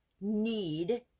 need